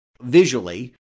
visually